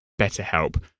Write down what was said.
BetterHelp